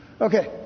Okay